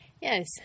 Yes